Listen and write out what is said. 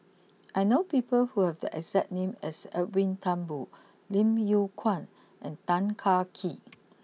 I know people who have the exact name as Edwin Thumboo Lim Yew Kuan and Tan Kah Kee